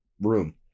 room